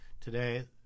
Today